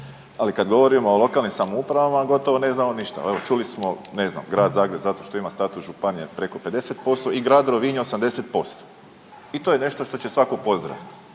Ali kad govorimo o lokalnim samoupravama gotovo ne znamo ništa. Evo čuli smo ne znam Grad Zagreb zato što imam status županije preko 50% i grad Rovinj 80% i to je nešto što će svatko pozdraviti.